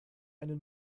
eine